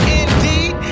indeed